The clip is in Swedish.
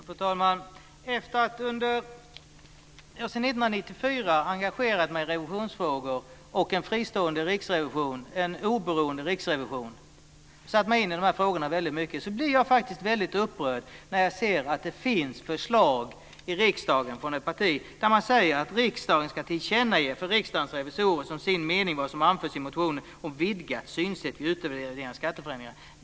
Fru talman! Jag har sedan 1994 engagerat mig i revisionsfrågor - i frågan om en fristående och oberoende riksrevision - och jag har satt mig in i dessa frågor väldigt mycket. Jag blir faktiskt väldigt upprörd när jag ser att det finns förslag från ett parti i riksdagen som innebär att riksdagen ska tillkännage för Riksdagens revisorer vad som anförts i motionen om vidgat synsätt vid utvärderingen av skatteförändringarna.